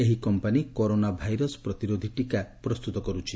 ଏହି company corona virus ପ୍ରତିରୋଧୀ ଟୀକା ପ୍ରସ୍ତୁତ କରୁଛି